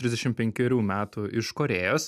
trisdešim penkerių metų iš korėjos